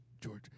George